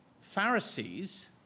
Pharisees